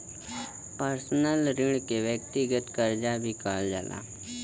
personal ऋण के व्यक्तिगत करजा भी कहल जाला